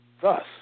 Thus